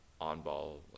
on-ball